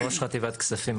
ראש חטיבת כספים,